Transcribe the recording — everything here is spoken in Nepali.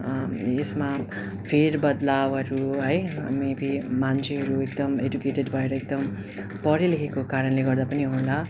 यसमा फेरबद्लावहरू है अनि बी मान्छेहरू एकदम एडुकेटेड भएर एकदम पढे लेखेको कारणले गर्दा पनि होला